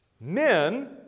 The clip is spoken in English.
Men